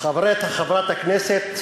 חברת הכנסת